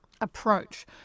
approach